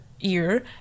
ear